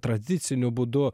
tradiciniu būdu